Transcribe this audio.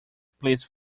please